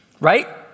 right